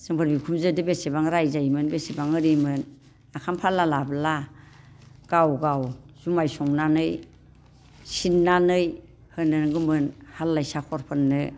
जोंफोर बिखुमजोजों बेसेबां रायजायोमोन बेसेबां एरैमोन ओंखाम फाला लाब्ला गाव गाव जुमाय संनानै सिननानै होनांगौमोन हालाय साखरफोरनो